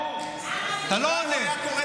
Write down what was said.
אתה לא עונה.